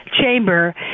chamber